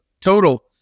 total